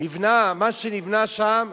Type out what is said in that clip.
נבנה מה שנבנה שם,